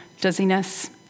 dizziness